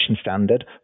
standard